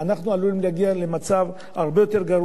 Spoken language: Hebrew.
אנחנו עלולים להגיע למצב הרבה יותר גרוע,